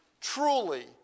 truly